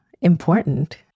important